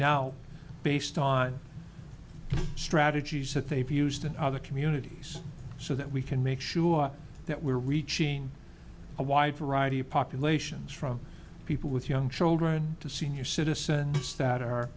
now based on strategies that they've used in other communities so that we can make sure that we're reaching a wide variety of populations from people with young children to senior citizens that are